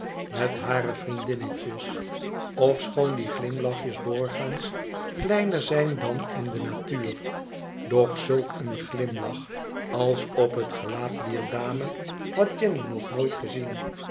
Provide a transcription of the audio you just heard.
met hare vriendinnetjes ochoon die glimlachjes doorgaans kleiner zijn dan in de natuur doch zulk een glimlach als op het gelaat dier dame had jenny nog nooit gezien